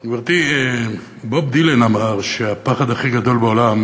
גברתי, בוב דילן אמר שהפחד הכי גדול בעולם